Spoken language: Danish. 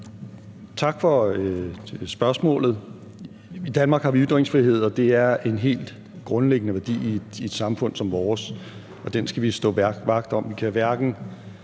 Tak for spørgsmålet. I Danmark har vi ytringsfrihed, og det er en helt grundlæggende værdi i et samfund som vores, og den skal vi stå vagt om.